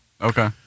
Okay